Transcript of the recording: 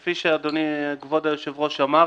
כפי שאדוני כבוד היושב-ראש אמר,